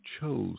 chose